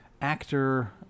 Actor